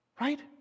Right